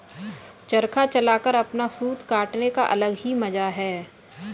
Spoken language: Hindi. चरखा चलाकर अपना सूत काटने का अलग ही मजा है